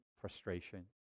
frustration